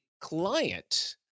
client